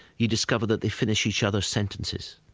you discover that they finish each other's sentences.